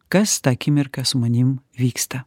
kas tą akimirką su manim vyksta